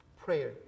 Prayer